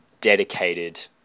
dedicated